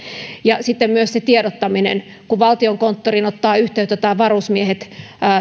ja sitten myös se tiedottaminen kun valtiokonttoriin tai varusmies